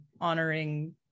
honoring